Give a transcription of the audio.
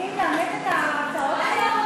לשופטים לאמץ את ההצעות שלך?